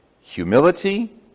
humility